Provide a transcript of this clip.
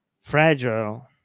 fragile